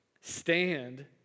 Stand